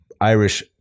Irish